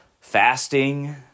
fasting